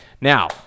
Now